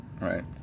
right